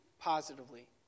positively